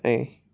ऐं